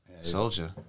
Soldier